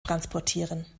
transportieren